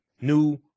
new